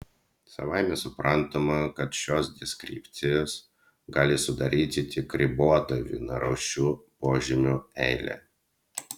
savaime suprantama kad šios deskripcijos gali sudaryti tik ribotą vienarūšių požymių eilę